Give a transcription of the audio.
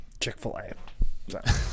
chick-fil-a